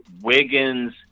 Wiggins